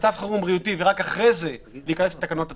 --- מצב חירום בריאותי ורק חרי זה להיכנס לתקנות עצמן.